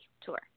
tour